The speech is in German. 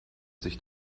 sich